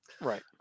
Right